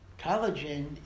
collagen